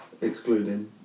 excluding